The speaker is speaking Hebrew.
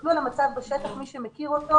תסתכלו על המצב בשטח, מי שמכיר אותו,